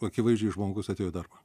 akivaizdžiai žmogus atėjo į darbą